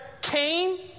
Cain